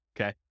okay